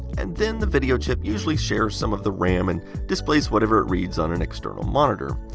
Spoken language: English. and then the video chip usually shares some of the ram, and displays whatever it reads on an external monitor.